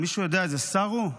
מישהו יודע איזה שר הוא?